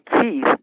Keith